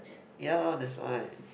ya lor that's why